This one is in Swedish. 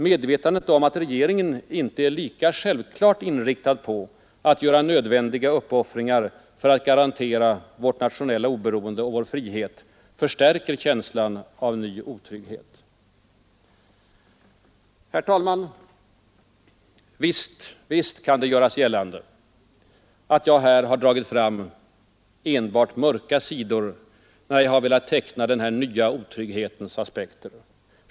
Medvetandet om att regeringen inte är lika självklart inriktad på att göra nödvändiga uppoffringar för att garantera vårt nationella oberoende och vår frihet förstärker känslan av en ny otrygghet. Herr talman! Visst kan det göras gällande att jag här har dragit fram enbart mörka sidor, när jag har velat teckna den här nya otrygghetens aspekter.